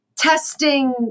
testing